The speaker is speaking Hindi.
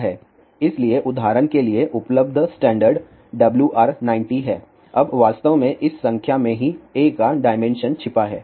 इसलिए उदाहरण के लिए उपलब्ध स्टैण्डर्ड WR 90 है अब वास्तव में इस संख्या में ही a का डायमेंशन छिपा है